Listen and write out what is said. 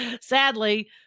Sadly